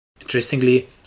Interestingly